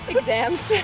Exams